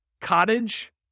Cottage